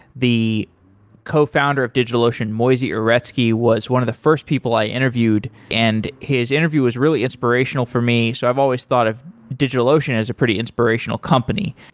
the cofounder of digitalocean, moisey uretsky, was one of the first people i interviewed, and his interview was really inspirational for me. so i've always thought of digitalocean as a pretty inspirational company.